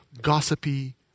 gossipy